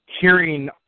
hearing